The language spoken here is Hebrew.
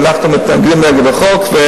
ואנחנו מתנגדים לחוק.